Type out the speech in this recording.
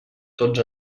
tots